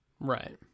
Right